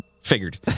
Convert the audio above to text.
Figured